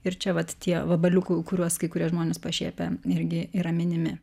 ir čia vat tie vabaliukų kuriuos kai kurie žmonės pašiepia irgi yra minimi